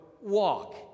walk